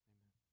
Amen